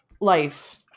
life